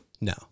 No